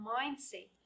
mindset